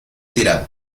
tirado